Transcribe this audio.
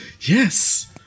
Yes